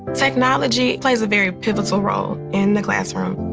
technology plays a very pivotal role in the classroom.